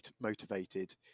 motivated